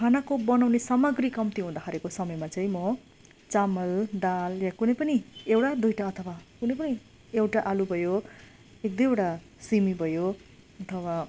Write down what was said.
खानाको बनाउने सामग्री कम्ती हुँदाखेरिको समयमा चाहिँ म चामल दाल या कुनै पनि एउटा दुइवटा अथवा कुनै पनि एउटा आलु भयो एक दुइवटा सिमी भयो अथवा